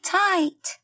tight